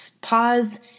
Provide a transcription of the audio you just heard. pause